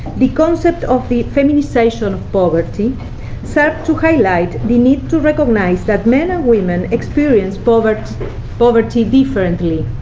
the concept of the feminisation of poverty serves to highlight the need to recognize that men and women experience poverty poverty differently,